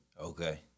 Okay